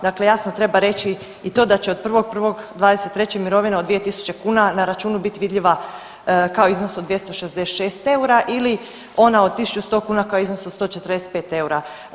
Dakle, jasno treba reći i to da će od 1.1.'23. mirovina od 2.000 kuna na računu biti vidljiva kao iznos od 266 eura ili ona od 1.100 kuna kao iznos od 145 eura.